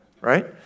right